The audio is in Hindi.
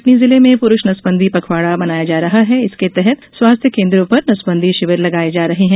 कटनी जिले में पुरुष नसबंदी पखवाड़ा मनाया जा रहा है इसके तहत स्वास्थ्य केन्द्रों पर नसबंदी शिविर लगाये जा रहे हैं